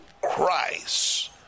Christ